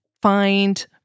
Find